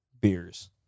beers